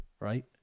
right